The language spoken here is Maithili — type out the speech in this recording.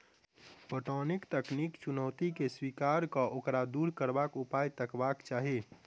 पटौनीक तकनीकी चुनौती के स्वीकार क ओकरा दूर करबाक उपाय तकबाक चाही